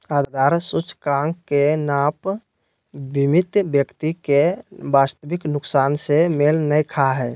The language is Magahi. आधार सूचकांक के नाप बीमित व्यक्ति के वास्तविक नुकसान से मेल नय खा हइ